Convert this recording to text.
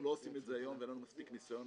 לא עושים את זה היום ואין לנו מספיק ניסיון